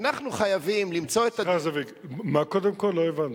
אנחנו חייבים למצוא את, מה קודם כול, לא הבנתי?